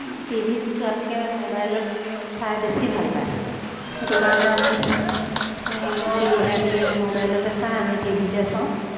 T ভিত চোৱাতকৈ মোবাইলত চাই বেছি ভাল পায় সেইটো কাৰণে আমি সিহঁতি মোবাইলতে চাই আমি টি ভিতে চাওঁ